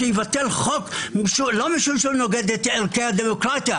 שיוותר חוק לא משום שנוגד את ערכי הדמוקרטיה